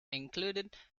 included